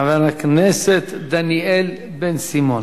חבר הכנסת דניאל בן-סימון.